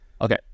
Okay